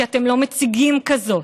כי אתם לא מציגים כזאת.